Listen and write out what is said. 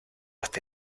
este